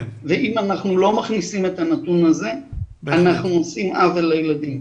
ואם אנחנו לא מכניסים את הנתון הזה אנחנו עושים עוול לילדים.